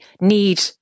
need